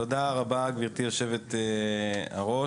תודה רבה, גברתי יושבת הראש.